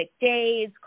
days